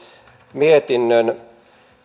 mietinnön